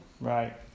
Right